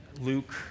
Luke